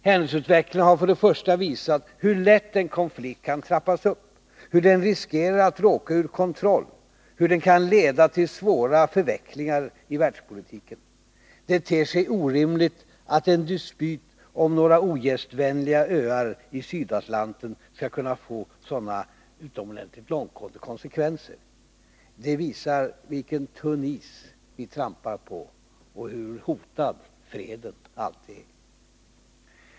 Händelseutvecklingen har för det första visat hur lätt en konflikt kan trappas upp, hur den riskerar att råka ur kontroll och hur den kan leda till svåra förvecklingar i världspolitiken. Det ter sig orimligt att en dispyt om några ogästvänliga öar i Sydatlanten skall kunna få sådana utomordentligt långtgående konsekvenser. Det visar vilken tunn is vi trampar på och hur hotad freden alltid är.